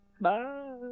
Bye